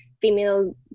female